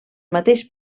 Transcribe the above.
mateix